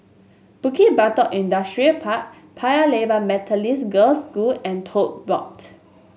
Bukit Batok Industrial Park Paya Lebar Girls' School and Tote Board